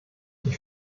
ich